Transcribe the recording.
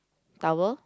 towel